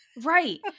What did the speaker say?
right